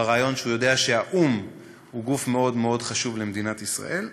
ברעיון שהוא יודע שהאו"ם הוא גוף מאוד מאוד חשוב למדינת ישראל,